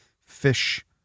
fish